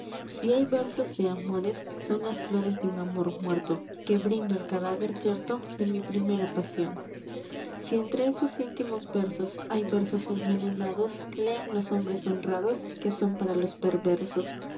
si hay versos de amores son muerto las flores de que un amor brindo al cadáver yerto de mi primera pasión si entre esos íntimos versos hay versos envenenados honrados perversos lean los hombres que son para los